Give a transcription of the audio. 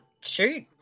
shoot